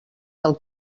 del